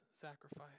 sacrifice